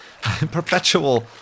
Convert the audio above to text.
Perpetual